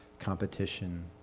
competition